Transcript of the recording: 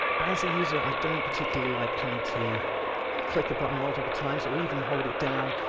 as a user, i don't particularly like having to click a button multiple times, or even hold it down,